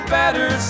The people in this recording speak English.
better